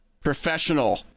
Professional